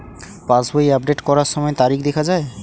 পাসবই update করার সময়ে তারিখ দেখা য়ায়?